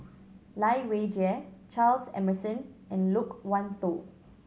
Lai Weijie Charles Emmerson and Loke Wan Tho